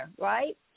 right